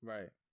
Right